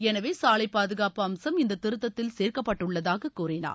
எனவே சாலை பாதுகாப்பு அம்சம் இந்த திருத்தத்தில் சேர்க்கப்பட்டுள்ளதாக கூறினார்